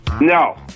No